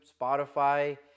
Spotify